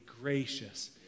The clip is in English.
gracious